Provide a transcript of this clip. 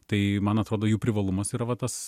tai man atrodo jų privalumas yra va tas